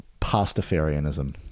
Pastafarianism